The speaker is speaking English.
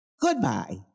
goodbye